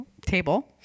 table